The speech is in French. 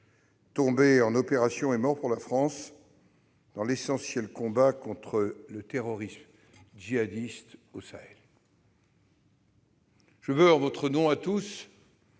tombés en opération et morts pour la France dans l'essentiel combat contre le terrorisme djihadiste au Sahel. En notre nom à tous,